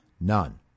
None